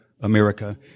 America